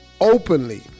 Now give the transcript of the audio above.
openly